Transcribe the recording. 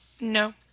No